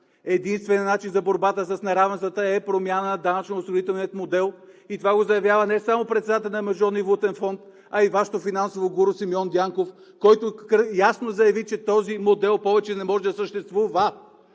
Единственият начин за борбата с неравенствата е промяна на данъчноосигурителния модел и това го заявява не само председателят на Международният валутен фонд, а и Вашето финансово гуру Симеон Дянков, който ясно заяви, че този модел повече не може да съще-ству-ва.